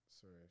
sorry